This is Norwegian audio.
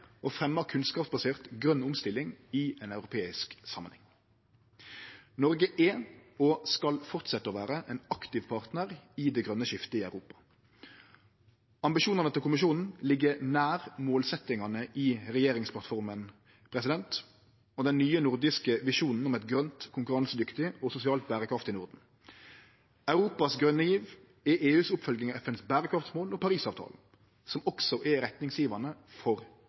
kunnskapsbasert grøn omstilling i ein europeisk samanheng. Noreg er – og skal fortsetje å vere – ein aktiv partnar i det grøne skiftet i Europa. Ambisjonane til Kommisjonen ligg nær målsetjingane i regjeringsplattforma og den nye nordiske visjonen om eit grønt, konkurransedyktig og sosialt berekraftig Norden. Europas grøne giv er EUs oppfølging av FNs berekraftsmål og Parisavtalen, som også er retningsgjevande for